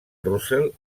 russell